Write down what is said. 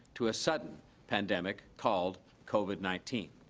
to a sudden pandemic called covid nineteen.